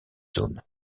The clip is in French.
zone